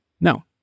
No